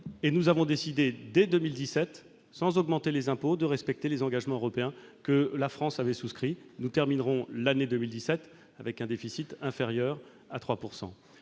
et nous avons décidé, dès 2017, sans augmenter les impôts, de respecter les engagements européens que la France avait souscrits. Nous terminerons l'année 2017 avec un déficit inférieur à 3 %.